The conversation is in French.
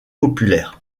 populaires